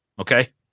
Okay